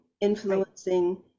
influencing